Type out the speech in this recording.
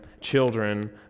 children